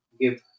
give